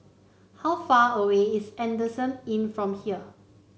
how far away is Adamson Inn from here